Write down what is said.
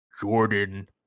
Jordan